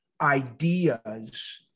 ideas